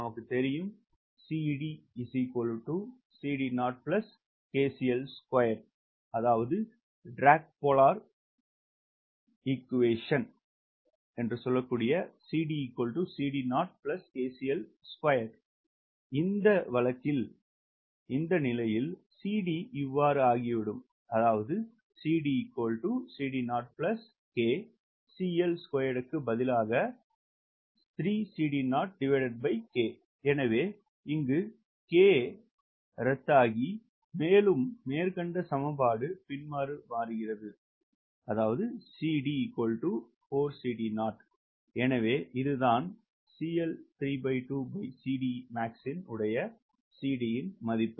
நமக்குத் தெரியும் இந்த வழக்கில் CD இவ்வாறு ஆகிவிடும் எனவே இந்த K ரத்துசெய்கிறது மேலும் மேற்கண்ட சமன்பாடு பின்வருமாறு மாறுகிறது எனவே இதுதான் max இன் உடைய CD இன் மதிப்பு